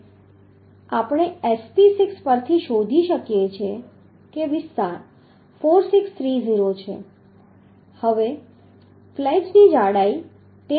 આપણે SP 6 પરથી શોધી શકીએ છીએ કે વિસ્તાર 4630 છે હવે ફ્લેંજ ની જાડાઈ 13